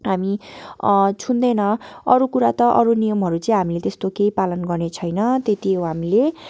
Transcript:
हामी छुदैन अरू कुरा त अरू नियमहरू चाहिँ हामीले त्यस्तो केही पालन गर्ने छैन त्यति हो हामीले